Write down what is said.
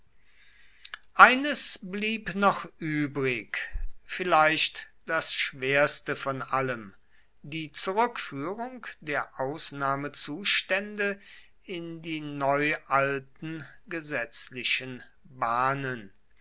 eines blieb noch übrig vielleicht das schwerste von allem die zurückführung der ausnahmezustände in die neualten gesetzlichen bahnen